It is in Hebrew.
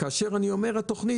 וכאשר אני אומר התוכנית,